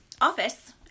office